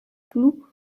plu